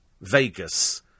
Vegas